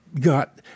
got